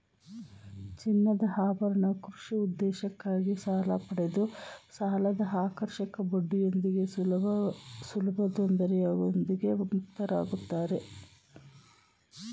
ಚಿನ್ನದಆಭರಣ ಕೃಷಿ ಉದ್ದೇಶಕ್ಕಾಗಿ ಸಾಲಪಡೆದು ಸಾಲದಆಕರ್ಷಕ ಬಡ್ಡಿಯೊಂದಿಗೆ ಸುಲಭತೊಂದರೆಯೊಂದಿಗೆ ಮುಕ್ತರಾಗುತ್ತಾರೆ